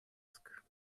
ask